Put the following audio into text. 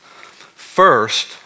First